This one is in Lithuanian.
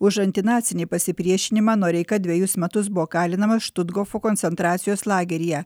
už antinacinį pasipriešinimą noreika dvejus metus buvo kalinamas štuthofo koncentracijos lageryje